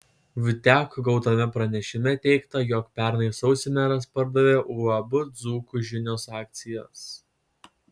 vtek gautame pranešime teigta jog pernai sausį meras pardavė uab dzūkų žinios akcijas